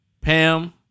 Pam